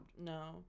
No